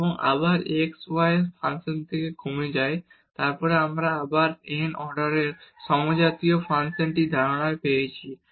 এবং আবার x y এর ফাংশন থেকে যায় তারপর আমরা আবার n অর্ডার এর সমজাতীয় ফাংশনের ধারণাটি পেয়েছি